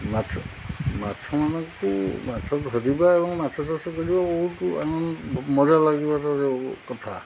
ମାଛ ମାଛ ମାନଙ୍କୁ ମାଛ ଧରିବା ଏବଂ ମାଛ ଚାଷ କରିବା ବହୁତ ଆନନ୍ଦ ମଜା ଲାଗିବ ତ କଥା